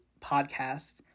podcast